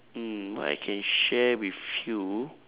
mm what I can share with you